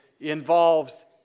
involves